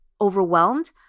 overwhelmed